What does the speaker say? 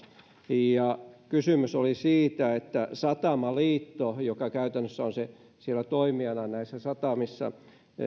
kysymys oli siitä että satamaliitto joka käytännössä on toimijana näissä satamissa